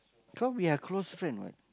cause we are close friend what